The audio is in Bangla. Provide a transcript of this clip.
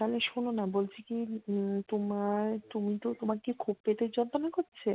তাহলে শোনো না বলছি কি তোমার তুমি তো তোমার কি খুব পেটের যন্ত্রণা করছে